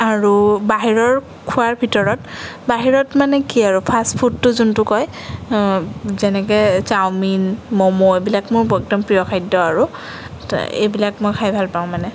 আৰু বাহিৰৰ খোৱাৰ ভিতৰত বাহিৰৰ মানে কি আৰু ফাষ্ট ফুডটো যোনটো কয় যেনেকে চাওমিন ম'ম এইবিলাক মোৰ প্ৰিয় খাদ্য আৰু এইবিলাক মই খাই ভাল পাওঁ মানে